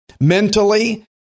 Mentally